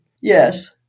Yes